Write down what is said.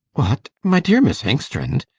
what! my dear miss engstrand!